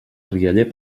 rialler